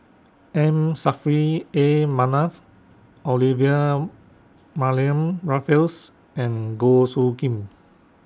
M Saffri A Manaf Olivia Mariamne Raffles and Goh Soo Khim